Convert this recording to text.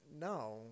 No